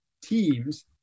teams